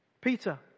Peter